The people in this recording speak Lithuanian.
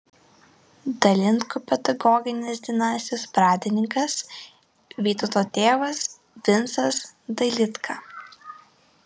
dailidkų pedagoginės dinastijos pradininkas vytauto tėvas vincas dailidka